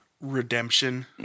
Redemption